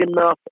enough